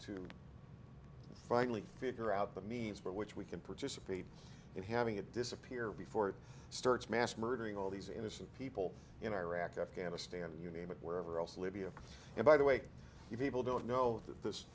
to finally figure out the means by which we can purchase a piece and having it disappear before it starts mass murdering all these innocent people in iraq afghanistan you name it wherever else libya and by the way you people don't know that this